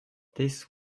this